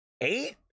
Eight